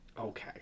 okay